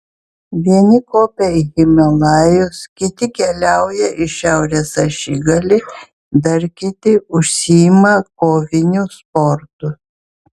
vieni kopia į himalajus kiti keliauja į šiaurės ašigalį dar kiti užsiima koviniu sportu